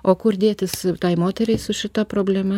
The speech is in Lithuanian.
o kur dėtis tai moteriai su šita problema